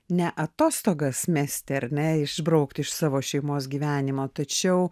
ne atostogas mesti ar ne išbraukti iš savo šeimos gyvenimo tačiau